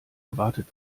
erwartet